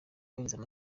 kubahiriza